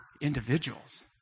individuals